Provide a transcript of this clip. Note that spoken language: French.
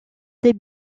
des